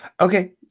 Okay